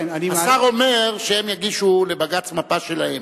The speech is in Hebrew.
השר אומר שהם יגישו לבג"ץ מפה שלהם.